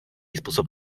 způsob